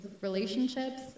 relationships